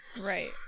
Right